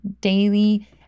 daily